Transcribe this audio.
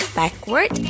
backward